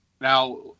Now